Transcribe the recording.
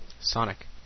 Sonic